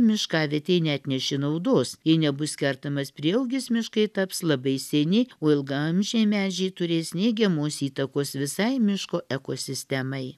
miškavietei neatnešė naudos jei nebus kertamas prieaugis miškai taps labai seni o ilgaamžiai medžiai turės neigiamos įtakos visai miško ekosistemai